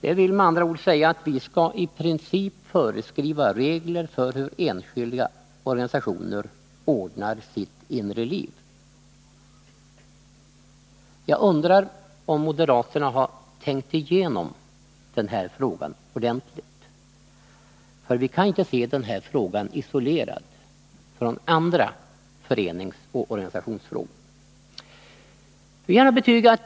Det vill med andra ord säga att vi skall i princip föreskriva regler för hur enskilda organisationer ordnar sitt inre liv. Jag undrar om moderaterna har tänkt igenom den här frågan ordentligt, för vi kan inte se frågan isolerad från andra föreningsoch organisationsfrågor.